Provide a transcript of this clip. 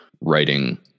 writing